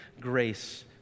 grace